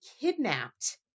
kidnapped